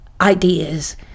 ideas